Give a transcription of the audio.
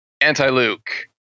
Anti-Luke